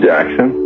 Jackson